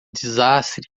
desastre